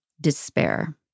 despair